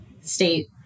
state